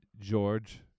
George